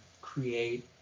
create